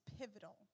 pivotal